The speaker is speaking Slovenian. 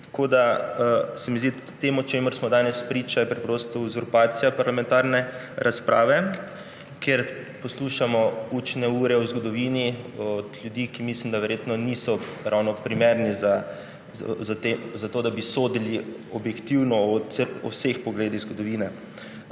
Tako se mi zdi, da je to, čemur smo danes priča, preprosto uzurpacija parlamentarne razprave, kjer poslušamo učne ure o zgodovini od ljudi, za katere mislim, da verjetno niso ravno primerni za to, da bi objektivno sodili o vseh pogledih zgodovine.